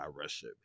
Russia